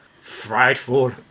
Frightful